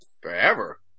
Forever